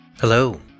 Hello